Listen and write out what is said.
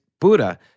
Buddha